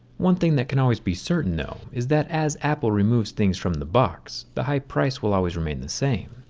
one thing that can always be certain though, is that as apple removes things from the box, the high price will always remain the same.